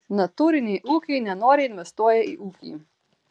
natūriniai ūkiai nenoriai investuoja į ūkį